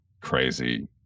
crazy